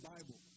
Bible